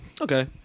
Okay